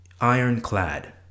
ironclad